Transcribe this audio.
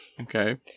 okay